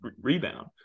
rebound